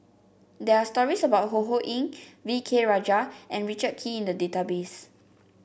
there are stories about Ho Ho Ying V K Rajah and Richard Kee in the database